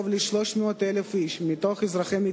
כאשר מדובר על ציבור של קרוב ל-300,000 איש מתוך אזרחי ישראל,